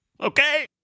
Okay